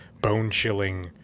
bone-chilling